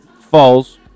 Falls